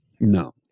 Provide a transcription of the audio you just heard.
No